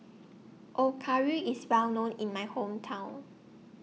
Okayu IS Well known in My Hometown